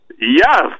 Yes